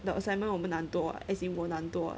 the assignment 我们拿很多啊 as in 我拿很多